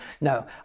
no